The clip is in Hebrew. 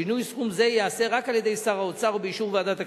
שינוי סכום זה ייעשה רק על-ידי שר האוצר ובאישור ועדת הכספים.